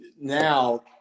now